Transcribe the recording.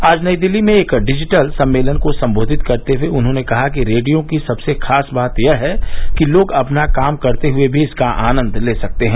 आज नई दिल्ली में एक डिजिटल सम्मेलन को संबोधित करते हुए उन्होंने कहा कि रेडियो की सबसे खास बात यह है कि लोग अपना काम करते हुए भी इसका आनंद ले सकते हैं